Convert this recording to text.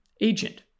agent